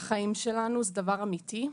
החיים שלנו הוא דבר אמיתי,